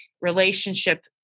relationship